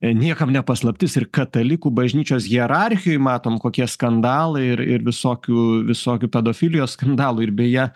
niekam ne paslaptis ir katalikų bažnyčios hierarchijoj matom kokie skandalai ir ir visokių visokių pedofilijos skandalų ir beje